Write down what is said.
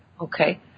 okay